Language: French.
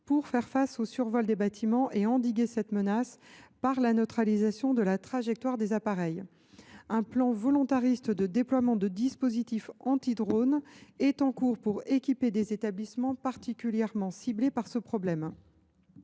pour faire face au survol des bâtiments et endiguer cette menace par la neutralisation de la trajectoire des appareils. Un plan volontariste de déploiement de dispositifs anti drones est en cours pour équiper des établissements particulièrement ciblés par ce problème.